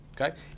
okay